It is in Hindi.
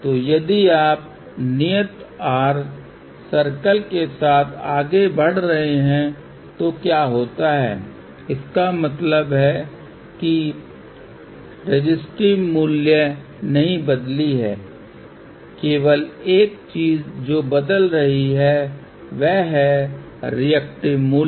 तो यदि आप नियत आर सर्कल के साथ आगे बढ़ रहे हैं तो क्या होता है इसका मतलब है कि रेसिस्टिव मूल्य नहीं बदली है केवल एक चीज जो बदल रही है वह है रिएक्टिव मूल्य